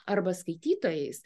arba skaitytojais